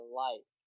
life